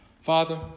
Father